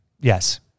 Yes